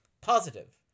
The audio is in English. positive